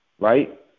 right